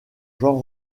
jean